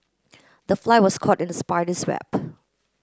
the fly was caught in spider's web